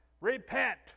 Repent